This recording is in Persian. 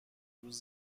روز